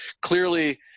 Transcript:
clearly